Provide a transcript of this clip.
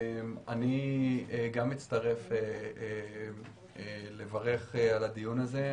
אני מצטרף לברכות על הדיון הזה,